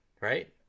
Right